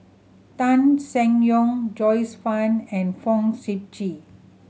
Tan Seng Yong Joyce Fan and Fong Sip Chee